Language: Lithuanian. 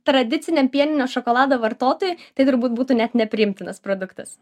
tradiciniam pieninio šokolado vartotojui tai turbūt būtų net nepriimtinas produktas